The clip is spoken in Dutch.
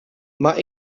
maar